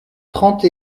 trente